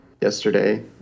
yesterday